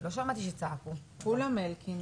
לגבי ההסתייגות הזאת, כמו שאמר הייעוץ המשפטי,